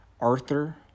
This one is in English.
Arthur